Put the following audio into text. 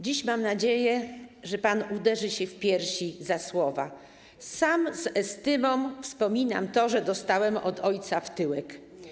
Dziś mam nadzieję, że pan uderzy się w piersi za słowa: Sam z estymą wspominam to, że dostałem od ojca w tyłek.